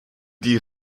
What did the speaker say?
die